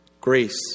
Grace